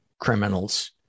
criminals